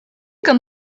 comme